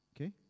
okay